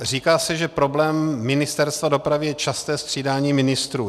Říká se, že problém Ministerstva dopravy je časté střídání ministrů.